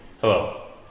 Hello